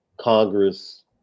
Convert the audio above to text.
Congress